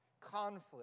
conflict